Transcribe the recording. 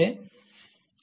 વિદ્યાર્થી